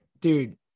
dude